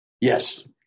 yes